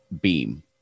beam